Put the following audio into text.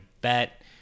bet